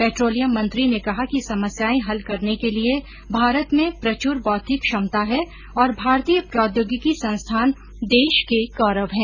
petroleum मंत्री ने कहा कि समस्याएं हल करने के लिए भारत में प्रचुर बौद्विक क्षमता है और भारतीय प्रौद्योगिकी संस्थान देश के गौरव हैं